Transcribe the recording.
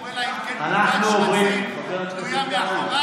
אלא אם כן קופה של שרצים תלויה לו מאחוריו?